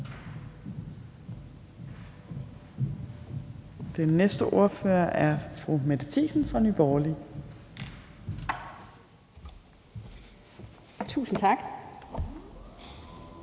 den næste ordfører, som er fru Mette Thiesen fra Nye Borgerlige. Kl.